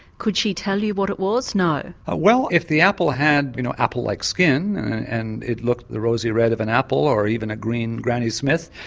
could she tell you what it was? no. ah well if the apple had you know apple-like skin and it looked the rosy red of an apple or even a green granny smith,